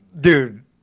dude